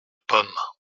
pommes